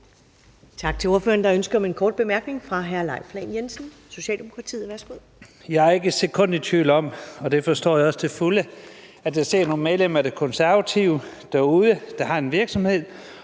Jeg er ikke et sekund i tvivl om – og det forstår jeg også til fulde – at der sidder nogle medlemmer af Det Konservative Folkeparti derude, der har en virksomhed,